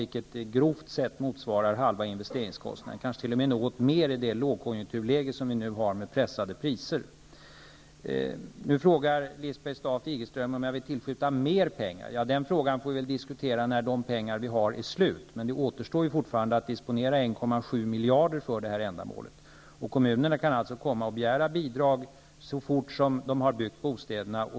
Det motsvarar grovt räknat halva investeringskostnaden, kanske t.o.m. något mer i det lågkonjunkturläge som vi nu har med pressade priser. Nu frågar Lisbeth Staaf-Igelström om jag vill tillskjuta mer pengar. Den frågan får vi väl diskutera när de pengar som finns är slut. Det återstår fortfarande att disponera 1,7 miljarder kronor för det här ändamålet. Kommunerna kan alltså komma och begära bidrag så fort de har byggt bostäderna.